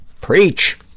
Preach